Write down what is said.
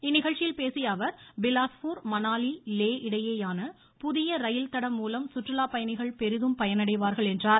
இந்நிகழ்ச்சியில் பேசியஅவர் பிலாஸ்பூர் மணாலி லே இடையேயான புதிய ரயில் தடம் மூலம் சுற்றுலாப் பயணிகள் பெரிதும் பயனடைவார்கள் என்றார்